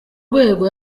rwego